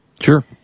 Sure